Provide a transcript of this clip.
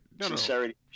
sincerity